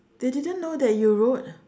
they didn't know that you wrote